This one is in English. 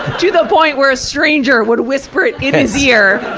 to the point where a stranger would whisper it in his ear,